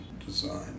design